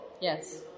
Yes